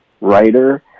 writer